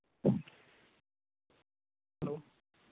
hello